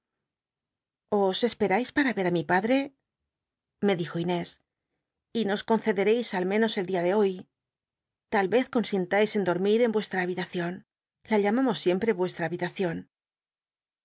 os esperareis para ver i mi padre me dijo nés y nos concedereis al menos el di a de hoy tal ez consinlais en dormir en uestra hahilacion la llamamos siempre vuestra habitacion